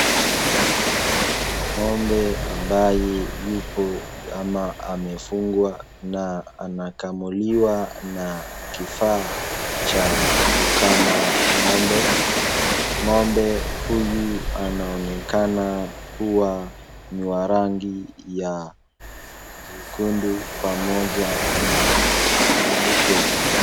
Ng'ombe ambaye yupo ama amefungwa na anakamuliwa na kifaa cha kukama ng'ombe. Ng'ombe huyu anaonekana kuwa ni wa rangi ya jekundu pamoja na nyeupe.